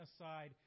aside